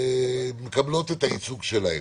מקבלות את הייצוג שלהן.